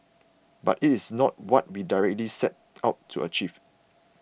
but it is not what we directly set out to achieve